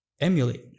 emulate